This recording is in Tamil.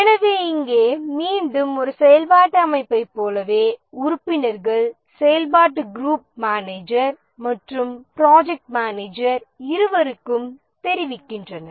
எனவே இங்கே மீண்டும் ஒரு செயல்பாட்டு அமைப்பைப் போலவே உறுப்பினர்கள் செயல்பாட்டுக் குரூப் மேனேஜர் மற்றும் ப்ராஜெக்ட் மேனேஜர் இருவருக்கும் தெரிவிக்கின்றனர்